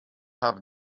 have